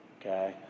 okay